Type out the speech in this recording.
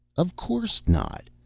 of course not.